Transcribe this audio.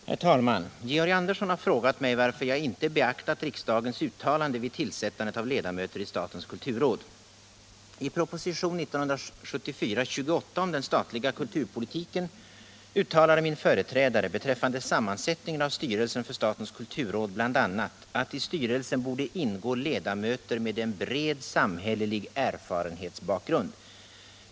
Herr talman! Georg Andersson har frågat mig varför jag inte beaktat riksdagens uttalande vid tillsättandet av ledamöter i statens kulturråd. I propositionen 1974:28 om den statliga kulturpolitiken uttalade min företrädare beträffande sammansättningen av styrelsen för statens kulturråd bl.a. att i styrelsen borde ingå ledamöter med en bred samhällelig erfarenhetsbakgrund.